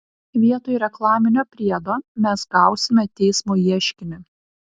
vietoj reklaminio priedo mes gausime teismo ieškinį